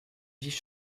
vice